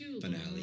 finale